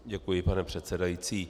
Děkuji, pane předsedající.